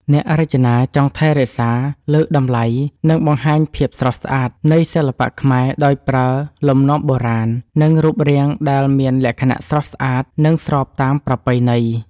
អ្នករចនាចង់ថែរក្សា លើកតម្លៃ និងបង្ហាញភាពស្រស់ស្អាត នៃសិល្បៈខ្មែរ ដោយប្រើលំនាំបុរាណ និងរូបរាងដែលមានលក្ខណៈស្រស់ស្អាត និងស្របតាមប្រពៃណី។